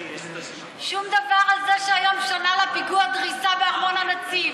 שום דבר על זה שהיום שנה לפיגוע הדריסה בארמון הנציב.